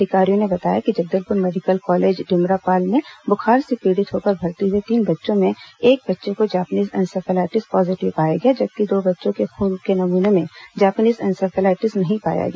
अधिकारियों ने बताया कि जगदलपुर मेडिकल कॉलेज डिमरापाल में बुखार से पीड़ित होकर भर्ती हुए तीन बच्चों में एक बच्चे को जैपेनिज इंसेफेलाइटिस पॉजिटिव पाया गया जैबकि दो बच्चों के खून के नमूनों में जैपेनिज इंसेफेलाइटिस नहीं पाया गया